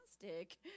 fantastic